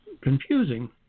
confusing